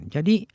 Jadi